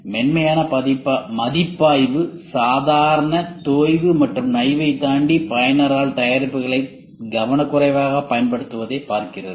எனவே மென்மையான மதிப்பாய்வு சாதாரண தேய்வு மற்றும் நைவைத் தாண்டி பயனரால் தயாரிப்புகளை கவனக்குறைவாகப் பயன்படுத்துவதைப் பார்க்கிறது